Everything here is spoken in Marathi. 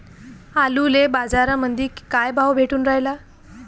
आलूले बाजारामंदी काय भाव भेटून रायला?